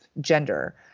gender